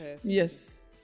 yes